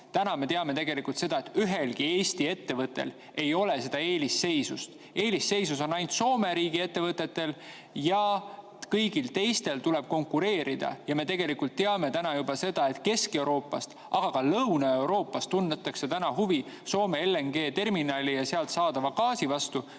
Täna me teame seda, et ühelgi Eesti ettevõttel ei ole seda eelisseisundit. Eelisseisund on ainult Soome riigi ettevõtetel ja kõigil teistel tuleb konkureerida. Ja me teame juba seda, et Kesk-Euroopas, aga ka Lõuna-Euroopas tuntakse huvi Soome LNG-terminali ja sealt saadava gaasi vastu,